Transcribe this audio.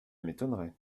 m’étonnerait